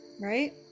right